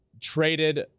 traded